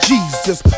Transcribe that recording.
Jesus